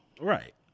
Right